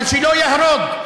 אבל שלא יהרוג.